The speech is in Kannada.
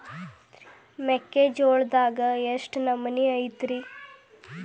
ಮೆಕ್ಕಿಜೋಳದಾಗ ಎಷ್ಟು ನಮೂನಿ ಐತ್ರೇ?